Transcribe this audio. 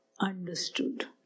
understood